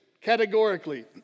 categorically